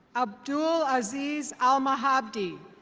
abdul azhiz al-mahagdi.